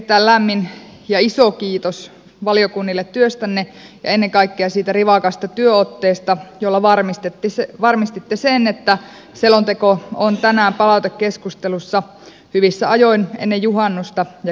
erittäin lämmin ja iso kiitos valiokunnille työstänne ja ennen kaikkea siitä rivakasta työotteesta jolla varmistitte sen että selonteko on tänään palautekeskustelussa hyvissä ajoin ennen juhannusta ja kesälomia